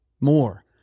more